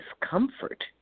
discomfort